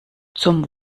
zum